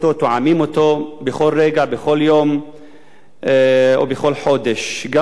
בכל יום ובכל חודש גם בכנסת וגם מחוץ לכותלי הכנסת.